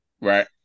right